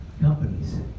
companies